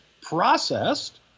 processed